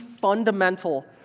fundamental